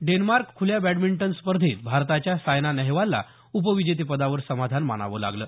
Denmark खुल्या badminton स्पर्धेत भारताच्या सायना नेहवालला उपविजेतेपदावर समाधान मानावं लागलं